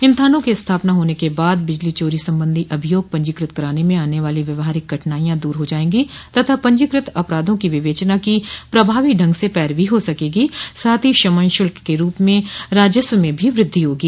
इन थानों के स्थापना होने के बाद बिजली चारी संबंधी अभियोग पंजीकृत कराने में आने वाली व्यवहारिक कठिनाइयां दूर हो जायेंगी तथा पंजीकृत अपराधों की विवेचना की प्रभावी ढंग से पैरवी हो सकेगी साथ ही शमन शुल्क के रूप में राजस्व में भी वृद्धि होगी